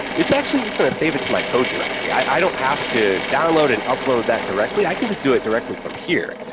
it's actually just going to save it to my code directly, i don't have to download and upload that directly, i can just do it directly from here,